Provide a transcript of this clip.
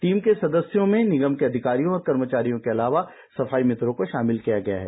team के सदस्यों में निगम के अधिकारियों और कर्मचारियों के अलावा सफाई मित्रों को षामिल किया गया है